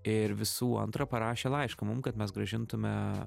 ir visų antra parašė laišką mum kad mes grąžintume